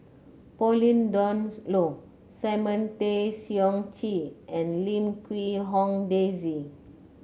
Pauline Dawn Loh Simon Tay Seong Chee and Lim Quee Hong Daisy